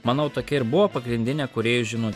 manau tokia ir buvo pagrindinė kūrėjų žinutė